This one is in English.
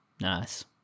Nice